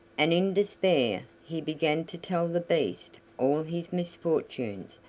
and in despair he began to tell the beast all his misfortunes,